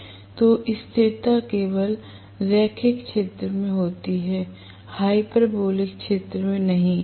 तो स्थिरता केवल रैखिक क्षेत्र में होती है हाइपरबोलिक क्षेत्र में नहीं